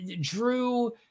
Drew